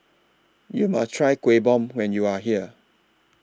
YOU must Try Kueh Bom when YOU Are here